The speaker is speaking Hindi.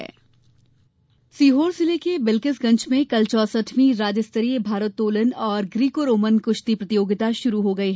प्रतियोगिता सीहोर के बिलकिसगंज में कल चौसठवीं राज्य स्तरीय भारोत्तोलन और ग्रीकोरोमन कुश्ती प्रतियोगिता शुरू हो गयी